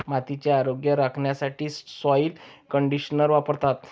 मातीचे आरोग्य राखण्यासाठी सॉइल कंडिशनर वापरतात